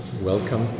Welcome